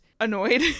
annoyed